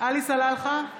עלי סלאלחה,